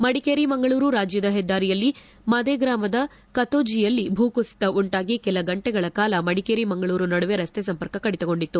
ಮಡಿಕೇರಿ ಮಂಗಳೂರು ರಾಜ್ಯ ಹೆದ್ದಾರಿಯಲ್ಲಿ ಮದೆಗ್ರಾಮದ ಕತೋಜಿಯಲ್ಲಿ ಭೂಕುಸಿತ ಉಂಟಾಗಿ ಕೆಲ ಗಂಟೆಗಳ ಕಾಲ ಮಡಿಕೇರಿ ಮಂಗಳೂರು ನಡುವೆ ರಸ್ತೆ ಸಂಪರ್ಕ ಕಡಿತಗೊಂಡಿತ್ತು